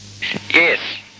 Yes